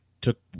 took